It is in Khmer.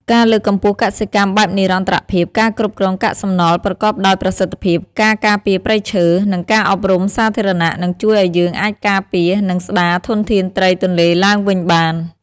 ការលើកកម្ពស់កសិកម្មបែបនិរន្តរភាព ការគ្រប់គ្រងកាកសំណល់ប្រកបដោយប្រសិទ្ធភាព ការការពារព្រៃឈើ និងការអប់រំសាធារណៈ នឹងជួយឱ្យយើងអាចការពារ និងស្តារធនធានត្រីទន្លេឡើងវិញបាន។